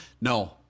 no